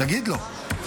תגיד לו.